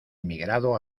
emigrado